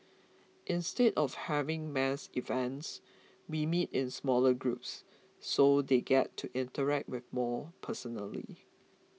instead of having mass events we meet in smaller groups so they get to interact with more personally